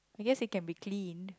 I guess it can be clean